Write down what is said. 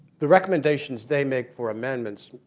the recommendations they make for amendments,